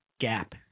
Gap